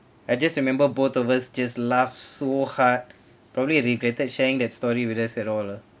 I just remember both of us just laughed so hard probably regretted sharing that story with us at all lah